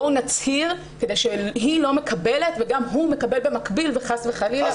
בואו נצהיר שהיא לא מקבלת וגם הוא מקבל במקביל וחס וחלילה.